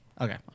Okay